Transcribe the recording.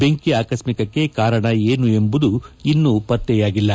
ಬೆಂಕಿ ಆಕಸ್ಮಿಕಕ್ಕೆ ಕಾರಣ ಏನು ಎಂಬುದು ಇನ್ನು ಪತ್ತೆಯಾಗಿಲ್ಲ